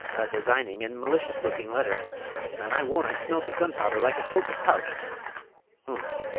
designing and malicious-looking letter and i warrant smells of gunpowder like a soldier's pouch oons!